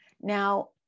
Now